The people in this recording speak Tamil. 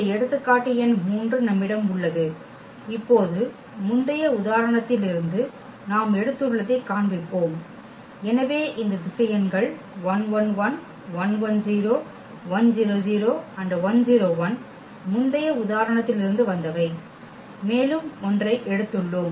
இந்த எடுத்துக்காட்டு எண் 3 நம்மிடம் உள்ளது இப்போது முந்தைய உதாரணத்திலிருந்து நாம் எடுத்துள்ளதைக் காண்பிப்போம் எனவே இந்த திசையன்கள் முந்தைய உதாரணத்திலிருந்து வந்தவை மேலும் ஒன்றை எடுத்துள்ளோம்